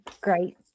Great